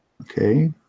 Okay